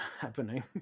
happening